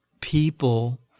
people